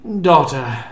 Daughter